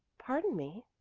pardon me,